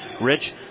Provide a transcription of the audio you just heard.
Rich